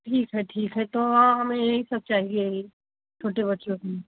ठीक है ठीक है तो हमें यही सब चाहिए ही छोटे बच्चों के लिए